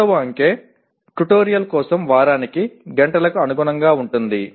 రెండవ అంకె ట్యుటోరియల్ కోసం వారానికి గంటలకు అనుగుణంగా ఉంటుంది